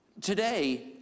today